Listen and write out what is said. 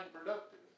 productive